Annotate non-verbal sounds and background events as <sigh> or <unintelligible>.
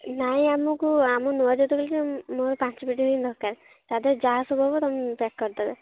ନାହିଁ ଆମକୁ ଆମେ ନୂଆ ଯେତେବେଳେ ଖୋଲିଛୁ <unintelligible> ଦରକାର ତା ଦେହରେ ଯାହା ସବୁ ହେବ ତୁମ ପ୍ୟାକ୍ କରିଦେବେ